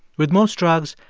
with most drugs,